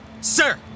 Sir